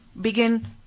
begin